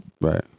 Right